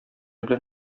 белән